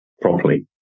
properly